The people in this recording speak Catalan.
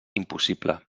impossible